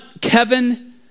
Kevin